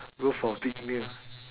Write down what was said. go for big meal